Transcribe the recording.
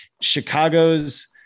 Chicago's